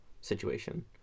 situation